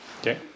Okay